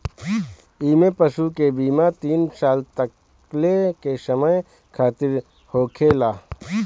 इमें पशु के बीमा तीन साल तकले के समय खातिरा होखेला